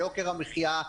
ליוקר המחיה,